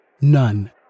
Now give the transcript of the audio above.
none